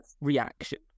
reaction